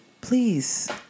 please